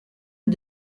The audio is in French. est